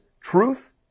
truth